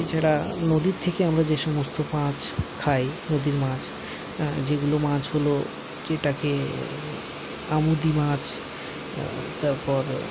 এছাড়া নদীর থেকে আমরা যে সমস্ত মাছ খাই নদীর মাছ যেগুলো মাছ হল যেটাকে আমোদি মাছ তারপর